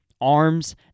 arms